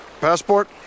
Passport